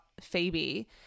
Phoebe